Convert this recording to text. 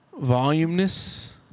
voluminous